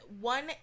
one